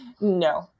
no